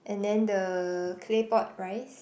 and then the clay pot rice